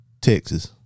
Texas